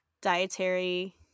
dietary